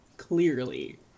Clearly